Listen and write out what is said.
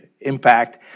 impact